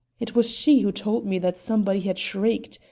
it was she who told me that somebody had shrieked.